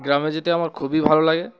গ্রামে যেতে আমার খুবই ভালো লাগে